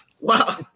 Wow